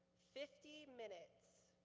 fifty minutes.